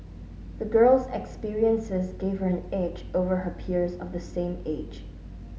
the girl's experiences gave her an edge over her peers of the same age